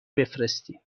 بفرستین